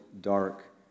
dark